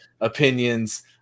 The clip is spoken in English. opinions